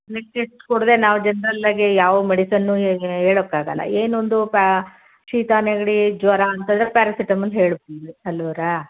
blood test ಕೊಡದೆ ನಾವು general ಆಗಿ ಯಾವ ಮೆಡಿಸನ್ನೂ ಹೇಳೋಕ್ಕಾಗಲ್ಲ ಏನೊಂದು ಪಾ ಶೀತ ನೆಗಡಿ ಜ್ವರ ಅಂತೇಳಿ ಪ್ಯಾರಾಸಿಟಮಲ್ ಹೇಳ್ಬೋದು ಅಲ್ಲವ್ರಾ